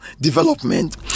development